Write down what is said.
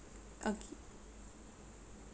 okay